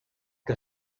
que